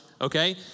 okay